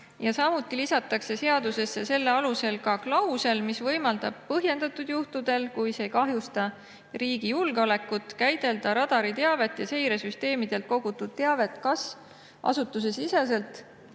Samuti lisatakse seadusesse selle alusel klausel, mis võimaldab põhjendatud juhtudel, kui see ei kahjusta riigi julgeolekut, käidelda radariteavet ja seiresüsteemidelt kogutud teavet kas asutusesiseselt